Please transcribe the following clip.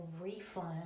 refund